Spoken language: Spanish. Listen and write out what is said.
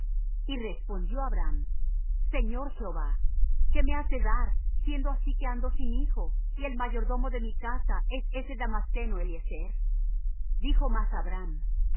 y respondió abram señor jehová qué me has de dar siendo así que ando sin hijo y el mayordomo de mi casa es ese damasceno eliezer dijo más